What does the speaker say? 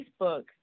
Facebook